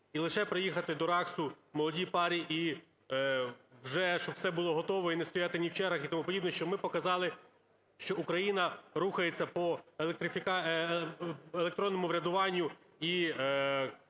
і лише приїхати до РАЦСу молодій парі і вже, щоб все було готово, і не стояти ні в чергах, і тому подібне. Щоб ми показали, що Україна рухається по електронному врядуванню і